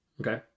Okay